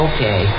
Okay